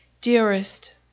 Dearest